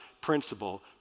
principle